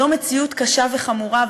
זאת מציאות קשה וחמורה.